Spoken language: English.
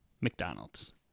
McDonald's